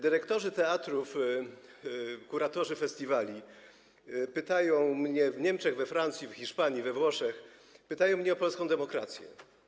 Dyrektorzy teatrów, kuratorzy festiwali w Niemczech, we Francji, w Hiszpanii, we Włoszech pytają mnie o polską demokrację.